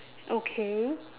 okay